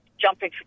jumping